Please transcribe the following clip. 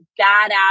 badass